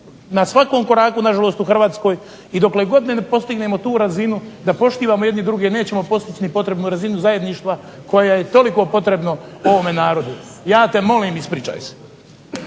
na svakom koraku nažalost u Hrvatskoj i dokle god ne postignemo tu razinu da poštivamo jedni druge nećemo postići ni potrebnu razinu zajedništva koje je toliko potrebno ovom narodu. Ja te molim ispričaj se.